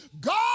God